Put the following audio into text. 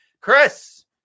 Chris